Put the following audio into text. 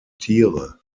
tiere